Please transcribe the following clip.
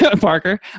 Parker